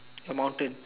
your mountain